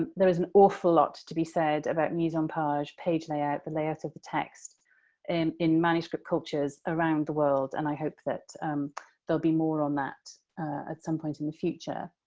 there is an awful lot to be said about mise-en-page page layout, the layout of the text and in manuscript cultures around the world, and i hope that there'll be more on that at some point in the future.